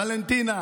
ולנטינה,